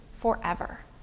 forever